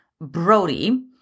Brody